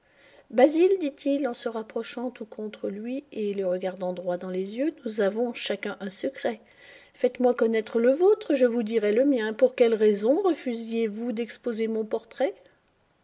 basil dit-il en se rapprochant tout contre lui et le regardant droit dans les yeux nous avons chacun un secret faites-moi connaître le vôtre je vous dirai le mien pour quelle raison refusiez vous d'exposer mon portrait